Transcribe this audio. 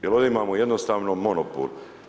Jer ovdje imamo jednostavno monopol.